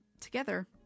together